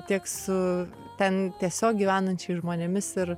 tiek su ten tiesiog gyvenančiais žmonėmis ir